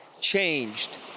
changed